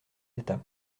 d’état